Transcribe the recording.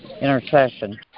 intercession